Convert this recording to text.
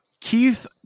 Keith